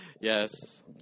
Yes